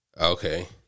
okay